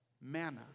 manna